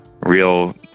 real